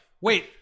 wait